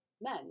men